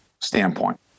standpoint